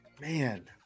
Man